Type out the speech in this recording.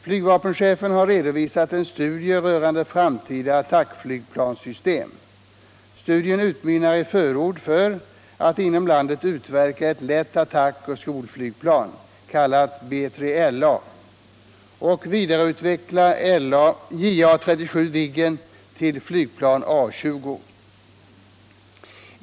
Flygvapenchefen har redovisat en studie rörande framtida attackflygplanssystem. Studien utmynnar i förord för att inom landet utveckla ett lätt attackoch skolflygplan, kallat BILA, och vidareutveckla JA 37 Viggen till flygplan A 20.